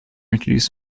introduced